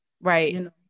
Right